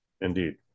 Indeed